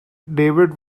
david